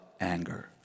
anger